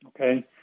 Okay